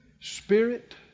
Spirit